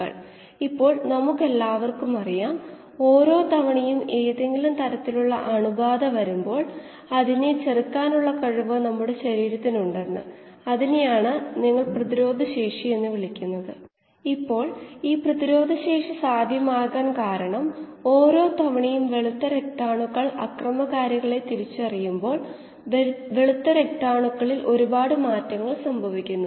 കീമോസ്റ്റാറ്റിന്റെ മൊത്തത്തിലുള്ള ദൈർഘ്യവുമായി താരതമ്യപ്പെടുത്തുമ്പോൾ ഇത് ഒരു ഹ്രസ്വകാല ദൈർഘ്യമാകുമെന്ന് നിങ്ങൾ കരുതുന്നുവെങ്കിൽ മിക്ക സമയദൈർഘ്യവും സ്ഥിരമായ അവസ്ഥയിലായിരിക്കും മാത്രമല്ല നമ്മൾ കീമോസ്റ്റാറ്റിന്റെ പ്രവർത്തനത്തിന്റെ സ്ഥിരമായ ഭാഗം മാത്രം നോക്കാൻ പോകുന്നു